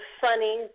funny